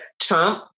Trump